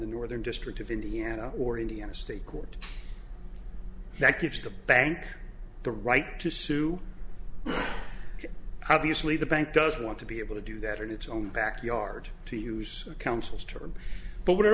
the northern district of indiana or indiana state court that gives the bank the right to sue obviously the bank doesn't want to be able to do that in its own backyard to use the council's term but what it